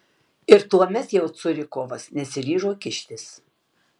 ir tuomet jau curikovas nesiryžo kištis